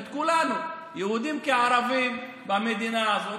כולנו, יהודים כערבים, במדינה הזאת.